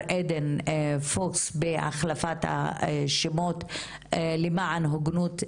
עדן פוקס בהחלפת השמות למען הוגנות מגדרית,